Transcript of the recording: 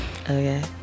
Okay